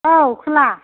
औ खुला